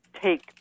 take